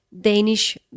Danish